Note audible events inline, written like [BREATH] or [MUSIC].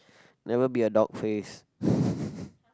never be a dog face [BREATH]